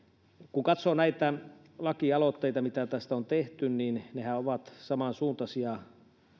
kun katsoo näitä lakialoitteita mitä tästä on tehty niin nehän ovat samansuuntaisia